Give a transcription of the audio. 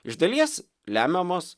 iš dalies lemiamos